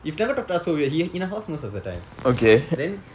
if never talk to us so weird he in the house most of the time and then